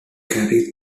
carry